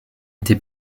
été